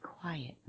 quiet